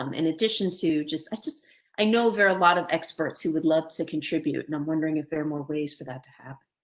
um in addition to just, i just i know there are a lot of experts who would love to contribute and i'm wondering if there are more ways for that to happen.